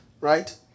Right